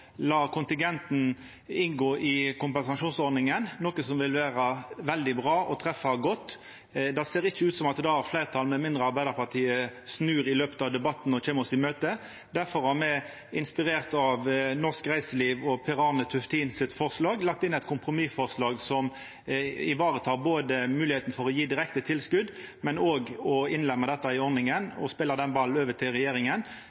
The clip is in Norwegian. la kontingenten inngå i kompensasjonsordninga, noko som vil vera veldig bra og treffa godt. Det ser ikkje ut som at det har fleirtal, med mindre Arbeidarpartiet snur i løpet av debatten og kjem oss i møte. Difor har me – inspirert av Norsk Reiseliv og Per-Arne Tuftin sitt forslag – lagt inn eit kompromissforslag som varetek både moglegheita til å gje direkte tilskot og å innlemma dette i ordninga og spela den ballen over til regjeringa.